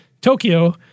Tokyo